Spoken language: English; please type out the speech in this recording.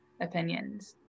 opinions